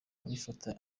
abifata